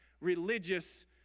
religious